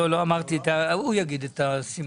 ארז אורעד, בבקשה.